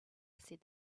said